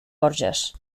borges